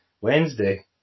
Wednesday